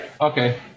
Okay